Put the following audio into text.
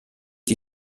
die